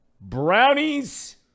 Brownies